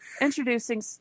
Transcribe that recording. introducing